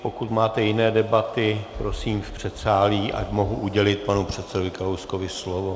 Pokud máte jiné debaty, prosím v předsálí, ať mohu udělit panu předsedovi Kalouskovi slovo.